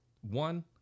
one